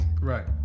right